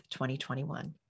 2021